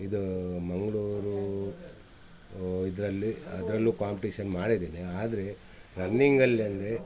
ಇದು ಮಂಗಳೂರು ಇದರಲ್ಲಿ ಅದ್ರಲ್ಲು ಕೊಂಪಿಟೀಷನ್ ಮಾಡಿದ್ದೀನಿ ಆದರೆ ರನ್ನಿಂಗಲ್ಲಂದ್ರೆ